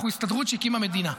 אנחנו הסתדרות שהקימה מדינה,